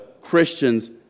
Christians